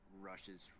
rushes